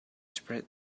spread